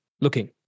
looking